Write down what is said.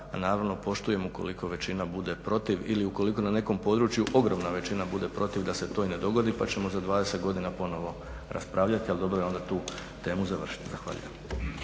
naravno poštujem ukoliko većina bude protiv ili ukoliko na nekom području ogromna većina bude protiv da se to i ne dogodi pa ćemo za 20 godina ponovo raspravljati ali dobro je onda tu temu završiti. Zahvaljujem.